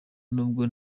n’ubwo